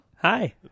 Hi